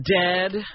dead